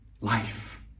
life